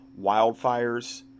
wildfires